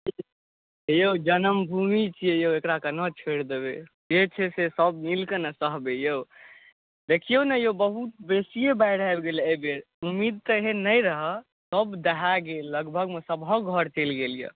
यौ जनम भूमि छियै यौ एकरा केना छोड़ि देबै जे छै से सभ मिलके ने सहबै यौ देखियौ ने यौ बहुत बेसिए बाढ़ि आबि गेलै एहि बेर उम्मीद तऽ एहन नहि रहए सभ दहा गेल लगभगमे सभहक घर चलि गेल यए